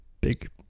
big